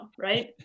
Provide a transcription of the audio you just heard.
right